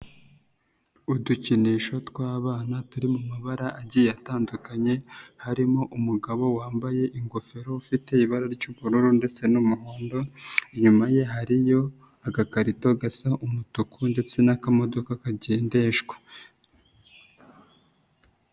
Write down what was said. Udukinisho tw'abana turi mu mabara agiye atandukanye, harimo umugabo wambaye ingofero ufite ibara ry'ubururu ndetse n'umuhondo, inyuma ye hariyo agakarito gasa umutuku ndetse n'akamodoka kagendeshwa.